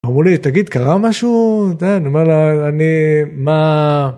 ‫אמרו לי, תגיד, קרה משהו? ‫אני אומר לה, אני... מה...